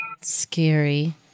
scary